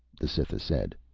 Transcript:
the cytha said,